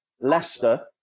Leicester